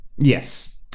Yes